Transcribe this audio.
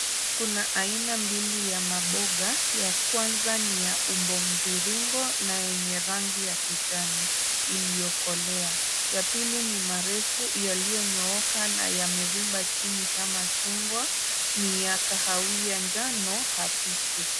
Kuna aina mbili ya maboga. Ya kwanza ni ya umbo mviringo na yenye rangi ya kijani iliyokolea. Ya pili ni marefu yaliyonyooka na yamevimba chini kama chungwa, ni ya kahawia njano hafifu.